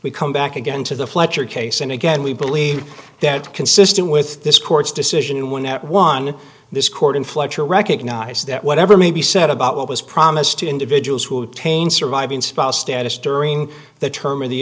we come back again to the fletcher case and again we believe that consistent with this court's decision when at one this court in fletcher recognized that whatever may be said about what was promised to individuals who tain surviving spouse status during the term of the